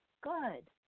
good